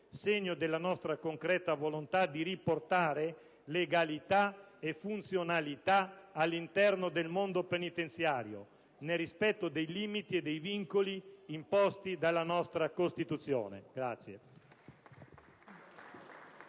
segno della nostra concreta volontà di riportare legalità e funzionalità all'interno del mondo penitenziario, nel rispetto dei limiti e dei vincoli imposti dalla nostra Costituzione.